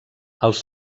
els